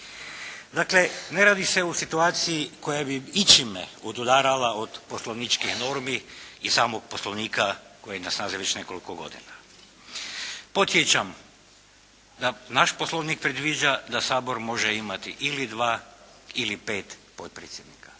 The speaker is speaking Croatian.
Dakle, ne radi se o situaciji koja bi ičime odudarala od poslovničkih normi i samog Poslovnika koji ne na snazi već nekoliko godina. Podsjećam da naš Poslovnik predviđa da Sabor može imati ili dva ili pet potpredsjednika.